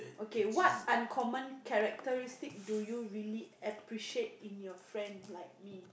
okay what uncommon characteristic do you really appreciate in your friend like me